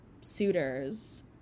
suitors